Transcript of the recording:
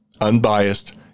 unbiased